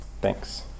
Thanks